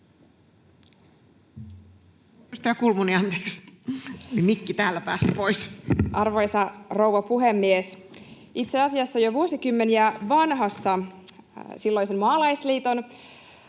Arvoisa rouva puhemies! Itse asiassa jo vuosikymmeniä vanhassa silloisen maalaisliiton